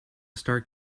start